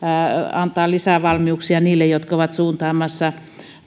antaa lisää valmiuksia niille jotka ovat suuntaamassa